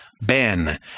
Ben